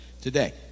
today